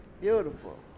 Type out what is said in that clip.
Beautiful